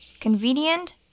Convenient